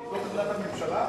סגן שר הביטחון, זאת עמדת הממשלה,